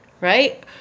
right